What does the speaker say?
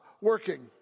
Working